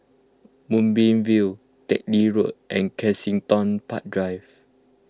Moonbeam View Teck Lim Road and Kensington Park Drive